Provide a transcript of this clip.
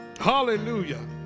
Hallelujah